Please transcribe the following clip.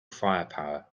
firepower